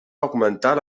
augmentar